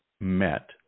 met